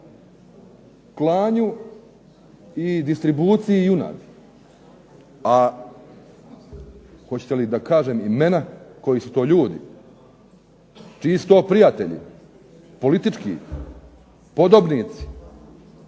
klanju i distribuciji junadi? A hoćete li da kažem imena koji su to ljudi, čiji su to prijatelji, politički podobnici.